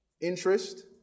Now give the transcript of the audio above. Interest